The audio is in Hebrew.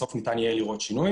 בסוף ניתן יהיה לראות שינוי.